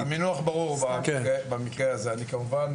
האקדמיים